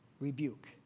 rebuke